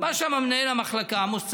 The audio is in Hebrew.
בא שם מנהל המחלקה, עמוס סיידא,